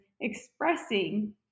expressing